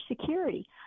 security